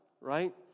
right